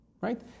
Right